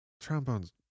Trombone's